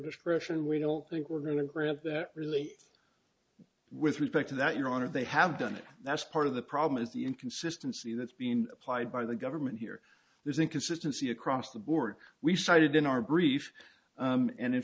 description we don't think we're going to grant that really with respect to that your honor they have done it that's part of the problem is the inconsistency that's being applied by the government here there's inconsistency across the board we cited in our brief and in